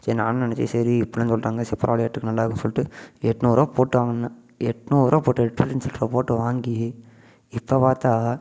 சரி நானும் நினச்சேன் சரி இபப்டிலான் சொல்லுறாங்க சரி பரவாயில்லையாட்ருக்குது நல்லா இருக்குதுனு சொல்லிவிட்டு எட்நூறுவாய் போட்டு வாங்கினேன் எட்நூறுவாய் போட்டு எட்நூறு சில்லறை போட்டு வாங்கி இப்போ பார்த்தா